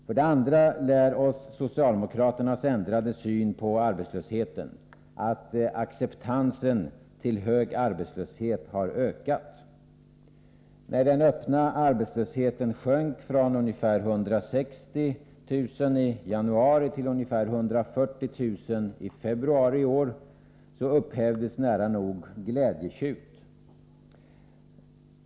För det andra lär oss socialdemokraternas ändrade syn på arbetslöshet att acceptansen när det gäller hög arbetslöshet har ökat. När den öppna arbetslösheten sjönk från ungefär 160 000 personer i januari till ca 140 000 i februari i år upphävdes nära nog glädjetjut.